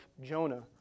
Jonah